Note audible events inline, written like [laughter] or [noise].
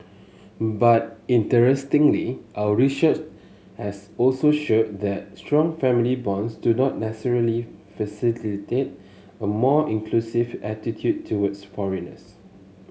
but interestingly our research as also showed that strong family bonds do not necessarily [unintelligible] a more inclusive attitude towards foreigners